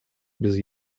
без